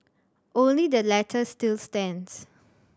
only the latter still stands